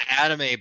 anime